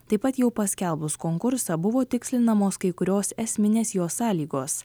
taip pat jau paskelbus konkursą buvo tikslinamos kai kurios esminės jo sąlygos